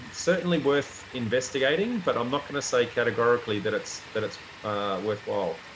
certainly worth investigating. but i'm not going to say categorically that it's that it's worthwhile.